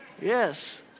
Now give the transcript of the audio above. Yes